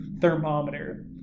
Thermometer